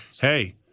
hey